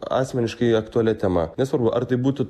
asmeniškai aktualia tema nesvarbu ar tai būtų